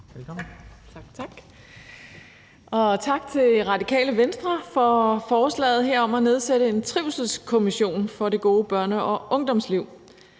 Jerkel (KF): Tak. Og tak til Radikale Venstre for forslaget her om at nedsætte en trivselskommission for det gode børne- og ungdomsliv.